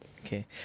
Okay